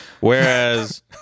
Whereas